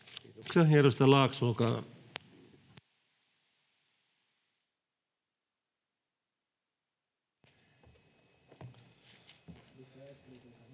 Kiitoksia.